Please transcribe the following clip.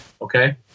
Okay